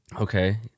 Okay